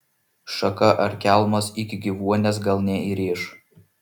šaka ar kelmas iki gyvuonies gal neįrėš